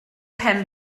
pen